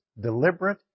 deliberate